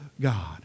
God